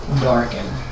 darken